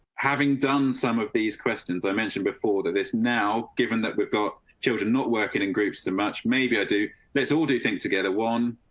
having done some of these questions i mentioned before, that is now given that we've got children not working in groups that much. maybe i do let's all do things together one.